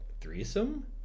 threesome